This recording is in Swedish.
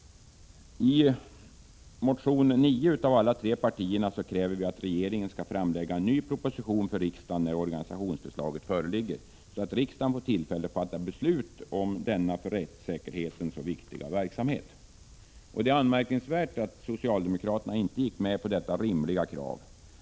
I reservation 9 kräver de tre borgerliga partierna att regeringen skall framlägga en ny proposition för riksdagen när organisationsförslaget föreligger, så att riksdagen får tillfälle att fatta beslut om denna för rättssäkerheten så viktiga verksamhet. Det är anmärkningsvärt, att socialdemokraterna inte gick med på detta rimliga krav.